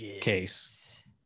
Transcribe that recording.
case